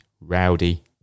rowdy